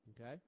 Okay